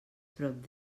prop